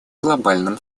глобальным